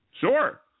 Sure